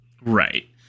right